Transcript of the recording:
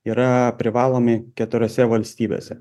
yra privalomi keturiose valstybėse